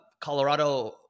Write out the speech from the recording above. Colorado